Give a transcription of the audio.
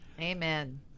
Amen